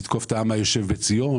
לתקוף את העם היושב בציון,